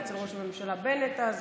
היה אצל ראש הממשלה בנט אז.